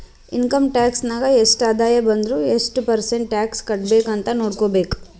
income tax ನಾಗ್ ಎಷ್ಟ ಆದಾಯ ಬಂದುರ್ ಎಷ್ಟು ಪರ್ಸೆಂಟ್ ಟ್ಯಾಕ್ಸ್ ಕಟ್ಬೇಕ್ ಅಂತ್ ನೊಡ್ಕೋಬೇಕ್